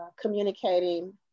communicating